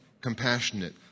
compassionate